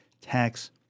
tax